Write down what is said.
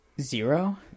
zero